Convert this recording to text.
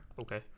Okay